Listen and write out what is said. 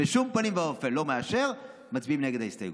בשום פנים ואופן לא מאשר, מצביעים נגד ההסתייגות.